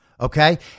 okay